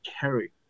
carry